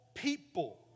People